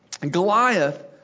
Goliath